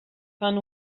fan